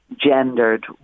gendered